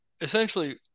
essentially